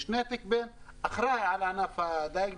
יש נתק בין האחראי על ענף הדייג,